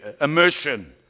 immersion